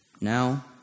Now